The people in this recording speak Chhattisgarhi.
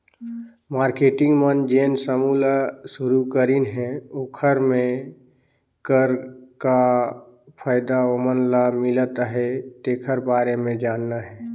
मारकेटिंग मन जेन समूह ल सुरूकरीन हे ओखर मे कर का फायदा ओमन ल मिलत अहे तेखर बारे मे जानना हे